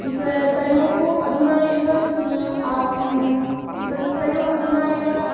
त तयोः अधुना एव तयोः अधुना एव